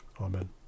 Amen